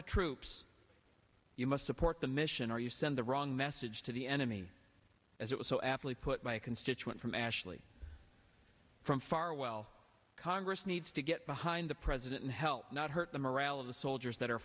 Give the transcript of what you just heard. the troops you must support the mission or you send the wrong message to the enemy as it was so aptly put by a constituent from ashley from far well congress needs to get behind the president and help not hurt the morale of the soldiers that are